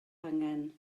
angen